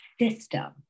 system